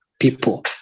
people